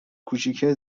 کوچیکه